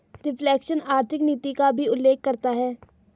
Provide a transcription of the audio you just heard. reflation आर्थिक नीति का भी उल्लेख करता है